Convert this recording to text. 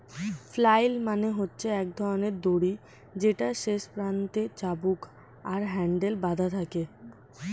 flail মানে হচ্ছে এক ধরণের দড়ি যেটার শেষ প্রান্তে চাবুক আর হ্যান্ডেল বাধা থাকে